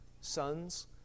sons